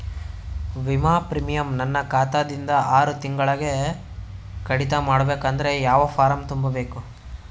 ವಿಮಾ ಪ್ರೀಮಿಯಂ ನನ್ನ ಖಾತಾ ದಿಂದ ಆರು ತಿಂಗಳಗೆ ಕಡಿತ ಮಾಡಬೇಕಾದರೆ ಯಾವ ಫಾರಂ ತುಂಬಬೇಕು?